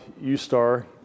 U-Star